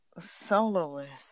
Soloist